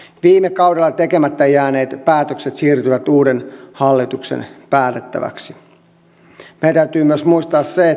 viime kaudella tekemättä jääneet päätökset siirtyivät uuden hallituksen päätettäväksi meidän täytyy muistaa myös se